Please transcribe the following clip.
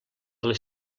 les